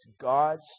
God's